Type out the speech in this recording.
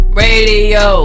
radio